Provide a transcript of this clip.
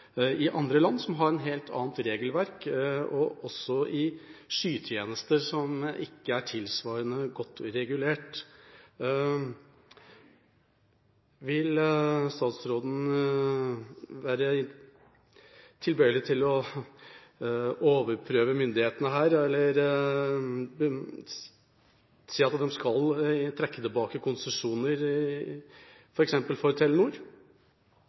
i andre land som har et helt annet regelverk, og også i skytjenester, som ikke er tilsvarende godt regulert. Vil statsråden være tilbøyelig til å overprøve myndighetene her, eller si at de skal trekke tilbake konsesjoner, f.eks. for Telenor?